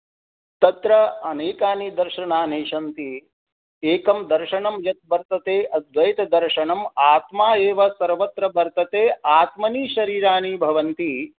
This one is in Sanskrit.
तत्र अनेकानि दर्शणानि सन्ति एकं दर्शनं यद्वर्तते अद्वैतदर्शनं आत्मा एव सर्वत्र वर्तते आत्मनि शरीरानि भवन्ति